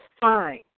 fine